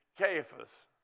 Caiaphas